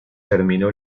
terminó